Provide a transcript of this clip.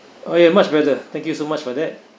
oh you're much better thank you so much for that